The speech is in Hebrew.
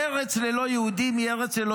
אומרים במרוקו: ארץ שאין בה יהודים היא ארץ ללא